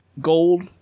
gold